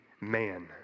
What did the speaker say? man